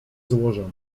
złożony